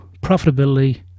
profitability